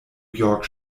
york